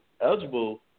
eligible